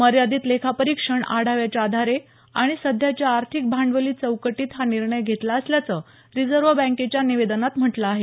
मर्यादित लेखापरीक्षण आढाव्याच्या आधारे आणि सध्याच्या आर्थिक भांडवली चौकटीत हा निर्णय घेतला असल्याचं रिझर्व्ह बँकेच्या निवेदनात म्हटलं आहे